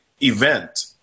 event